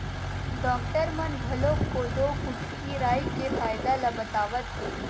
doctor मन घलोक कोदो, कुटकी, राई के फायदा ल बतावत हे